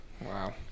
Wow